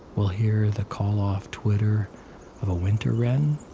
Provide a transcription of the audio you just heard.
we'll hear the call-off twitter of a winter wren,